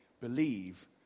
believe